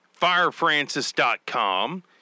firefrancis.com